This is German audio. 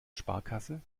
sparkasse